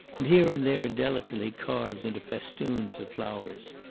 and here and there delicately carved into festoons of flowers.